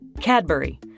Cadbury